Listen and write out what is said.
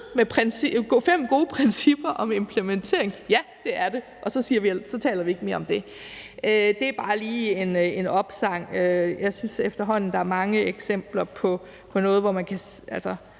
fem gode principper om implementering. Ja, det er det, og så taler vi ikke mere om det. Og det er bare lige en opsang, men jeg synes efterhånden, der er mange eksempler på, at det, der bliver